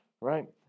Right